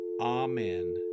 Amen